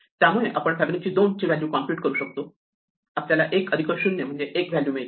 त्यामुळे आपण फिबोनाची 2 ची व्हॅल्यू कॉम्प्युट करू शकतो आपल्याला 1 अधिक 0 म्हणजे 1व्हॅल्यू मिळते